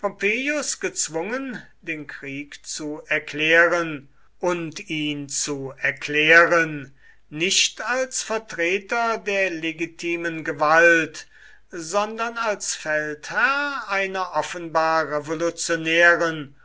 gezwungen den krieg zu erklären und ihn zu erklären nicht als vertreter der legitimen gewalt sondern als feldherr einer offenbar revolutionären